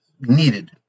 needed